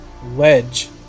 ledge